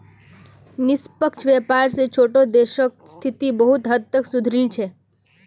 निष्पक्ष व्यापार स छोटो देशक स्थिति बहुत हद तक सुधरील छ